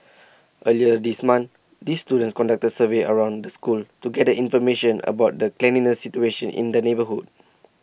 earlier this month these students conducted surveys around the school to gather information about the cleanliness situation in the neighbourhood